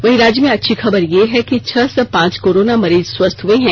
वहीं राज्य में अच्छी खबर यह है कि छह सौ पांच कोरोना मरीज स्वस्थ हुए हैं